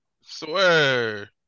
Swear